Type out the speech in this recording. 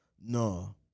No